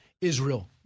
Israel